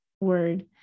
word